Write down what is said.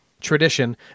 tradition